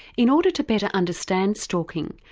in order to better understand stalking,